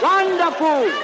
Wonderful